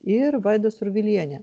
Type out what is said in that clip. ir vaida surviliene